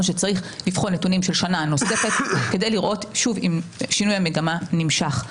שצריך לבחון נתונים של שנה נוספת כדי לראות אם שינוי המגמה נמשך.